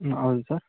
ಹ್ಞೂ ಹೌದು ಸರ್